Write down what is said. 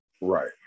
Right